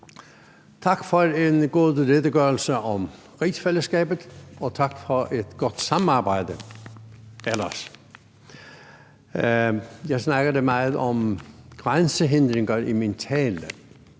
Tak for en god redegørelse om rigsfællesskabet, og tak for et godt samarbejde ellers. Jeg snakkede meget om grænsehindringer i min tale,